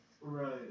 Right